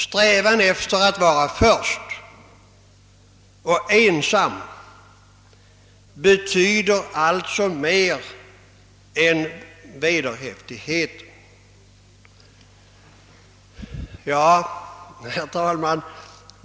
Strävan efter att vara först och ensam betyder alltså mer än vederhäftigheten. Herr talman!